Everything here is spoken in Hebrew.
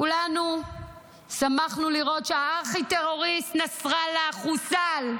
כולנו שמחנו לראות שהארכי-טרוריסט נסראללה חוסל,